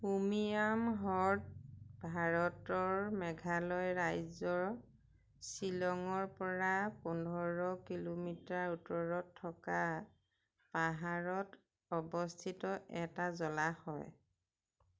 উমিয়াম হ্ৰদ ভাৰতৰ মেঘালয় ৰাজ্যৰ শ্বিলঙৰপৰা পোন্ধৰ কিলোমিটাৰ উত্তৰত থকা পাহাৰত অৱস্থিত এটা জলাশয়